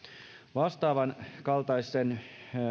vastaavankaltaisten